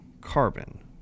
carbon